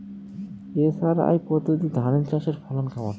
SRI পদ্ধতি ধান চাষের ফলন কেমন?